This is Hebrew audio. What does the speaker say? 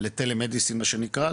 לטלמדיסין מה שנקרא,